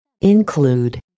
Include